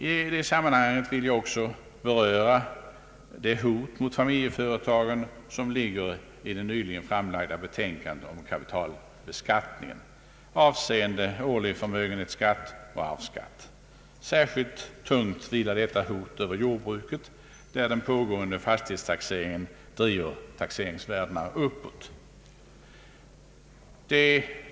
I det sammanhanget vill jag också beröra det hot mot familjeföretagen som ligger i det nyligen framlagda betänkandet om kapitalbeskattningen, avseende årlig förmögenhetsskatt och arvsskatt. Särskilt tungt vilar detta hot över jordbruket, där den pågående fastighetstaxeringen driver = taxeringsvärdena uppåt.